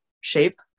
shape